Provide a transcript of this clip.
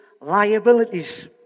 liabilities